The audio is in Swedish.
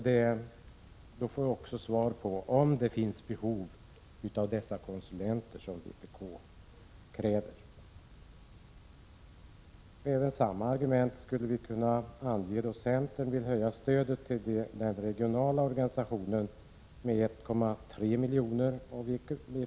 Då får vi också svar på om det finns behov av de konsulenter som vpk kräver. Samma argument skulle vi kunna ange då centern vill höja stödet till den regionala organisationen med 1,3 milj.kr.